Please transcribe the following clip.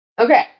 okay